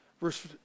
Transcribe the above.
Verse